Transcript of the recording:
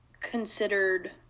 considered